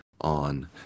on